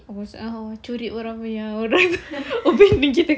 masuk akal curi orang punya orang habis dia ni kita